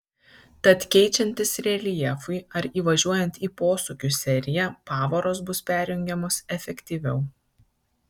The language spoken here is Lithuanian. tad keičiantis reljefui ar įvažiuojant į posūkių seriją pavaros bus perjungiamos efektyviau